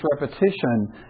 repetition